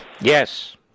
Yes